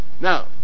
Now